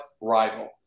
rival